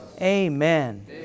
Amen